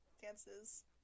Dances